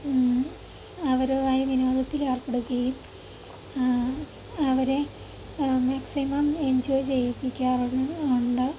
അവരുമായി വിനോദത്തിൽ ഏർപ്പെടുകയും അവരെ മാക്സിമം എൻജോയ് ചെയ്യിപ്പിക്കാറ് ഉണ്ട്